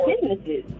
businesses